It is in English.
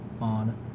on